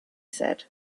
said